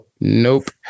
Nope